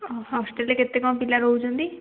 ହଁ ହଷ୍ଟେଲ୍ରେ କେତେ କ'ଣ ପିଲା ରହୁଛନ୍ତି